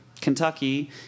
Kentucky